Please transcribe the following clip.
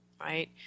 right